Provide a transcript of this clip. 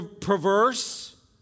perverse